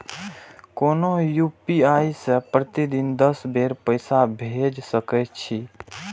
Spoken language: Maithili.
कोनो यू.पी.आई सं प्रतिदिन दस बेर पैसा भेज सकै छी